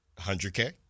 $100K